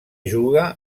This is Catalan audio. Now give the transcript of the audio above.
juga